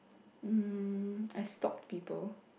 um I've stalk people